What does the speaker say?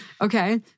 Okay